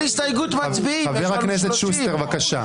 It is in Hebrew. חבר הכנסת שוסטר, בבקשה.